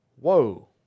whoa